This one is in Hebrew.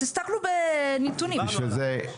תסתכלו בנתונים.